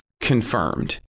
confirmed